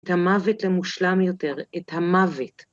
את המוות למושלם יותר, את המוות.